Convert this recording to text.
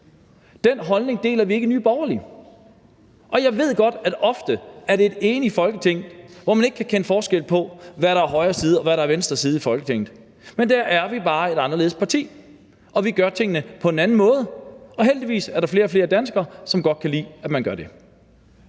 Den holdning deler vi ikke i Nye Borgerlige. Jeg ved godt, at ofte er det et enigt Folketing, hvor man ikke kan kende forskel på, hvad der er højre side, og hvad der er venstre side i Folketinget, men der er vi bare et anderledes parti. Vi gør tingene på en anden måde, og heldigvis er der flere og flere danskere, som godt kan lide, at man gør det.